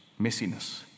messiness